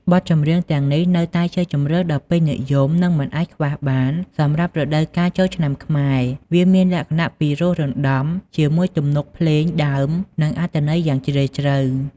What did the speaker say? បទចម្រៀងទាំងនេះ នៅតែជាជម្រើសដ៏ពេញនិយម និងមិនអាចខ្វះបានសម្រាប់រដូវកាលចូលឆ្នាំខ្មែរ វាមានលក្ខណៈពីរោះរណ្តំ ជាមួយទំនុកភ្លេងដើម និងអត្ថន័យយ៉ាងជ្រាលជ្រៅ។